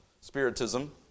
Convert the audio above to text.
spiritism